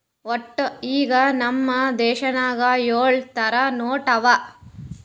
ವಟ್ಟ ಈಗ್ ನಮ್ ದೇಶನಾಗ್ ಯೊಳ್ ಥರ ನೋಟ್ ಅವಾ